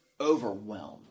overwhelmed